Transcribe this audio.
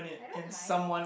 I don't mind